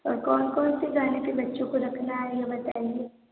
और कौन कौन से गाने पर बच्चों को रखना है ये बातइए